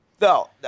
No